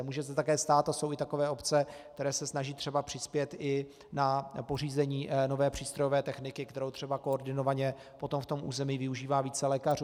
Může se také stát, a jsou i takové obce, které se snaží třeba přispět i na pořízení nové přístrojové techniky, kterou třeba koordinovaně potom v tom území využívá více lékařů.